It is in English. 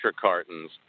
cartons